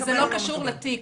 וזה לא קשור לתיק.